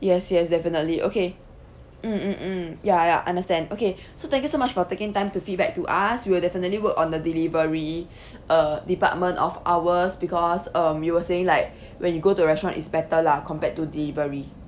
yes yes definitely okay mm mm mm ya ya understand okay so thank you so much for taking time to feedback to us we'll definitely work on the delivery uh department of ours because um you were saying like when you go to a restaurant is better lah compared to delivery